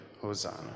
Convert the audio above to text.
hosanna